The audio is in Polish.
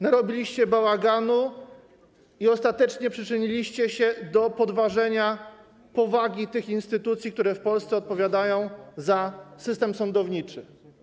Narobiliście bałaganu i ostatecznie przyczyniliście się do podważenia powagi tych instytucji, które w Polsce odpowiadają za system sądowniczy.